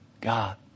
God